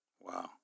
Wow